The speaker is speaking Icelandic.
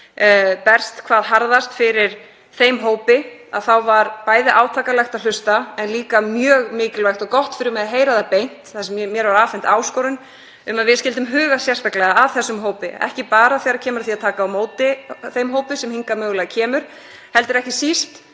berst hvað harðast fyrir þeim hópi þá var bæði átakanlegt að hlusta en líka mjög mikilvægt og gott fyrir mig að heyra það beint. Mér var afhent áskorun um að við skyldum huga sérstaklega að þessum hópi, ekki bara þegar kemur að því að taka á móti þeim hópum sem hingað koma mögulega, heldur ekki síst